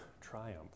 triumph